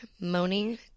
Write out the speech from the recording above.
moaning